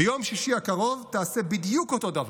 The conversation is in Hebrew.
ביום שישי הקרוב, תעשה בדיוק אותו דבר.